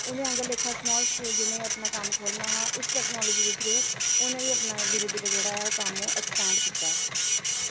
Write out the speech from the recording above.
ओह्दे आह्ला लेक्खा समाल स्केल उ'नैं कम्म खोह्लना हा उस टैकनॉलजी दे थ्रू उन्न बी अपना धीरे धीरे अपना कम्म जेह्ड़ा अक्सपैंड़ कीता ऐ